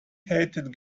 hated